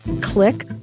Click